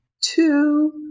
two